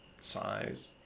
size